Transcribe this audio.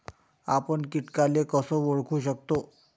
आपन कीटकाले कस ओळखू शकतो?